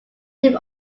them